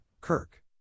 Kirk